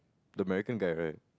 the American guy right